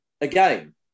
again